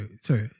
sorry